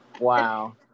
wow